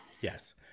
yes